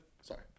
Sorry